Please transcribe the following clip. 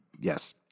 Yes